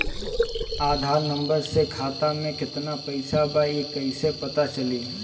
आधार number से खाता में केतना पईसा बा ई क्ईसे पता चलि?